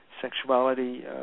sexuality